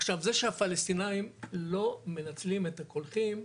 עכשיו, זה שהפלסטינאים לא מנצלים את הקולחים,